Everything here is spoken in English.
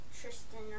Tristan